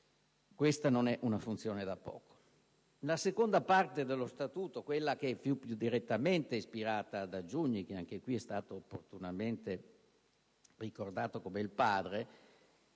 questa non è una funzione da poco.